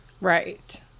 right